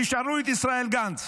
תשאלו את ישראל גנץ